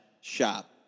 shop